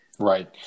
Right